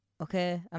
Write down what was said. okay